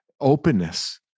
openness